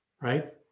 right